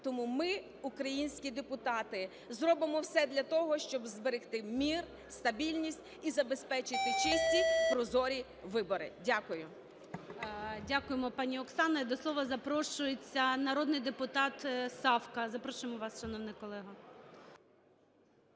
Тому ми, українські депутати, зробимо все для того, щоб зберегти мир, стабільність і забезпечити чисті, прозорі вибори. Дякую. ГОЛОВУЮЧИЙ. Дякуємо, пані Оксана. І до слова запрошується народний депутат Савка. Запрошуємо вас, шановний колего.